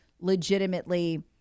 legitimately